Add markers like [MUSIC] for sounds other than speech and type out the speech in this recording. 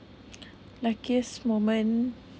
[NOISE] luckiest moment